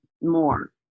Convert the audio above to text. more